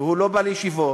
ולא בא לישיבות,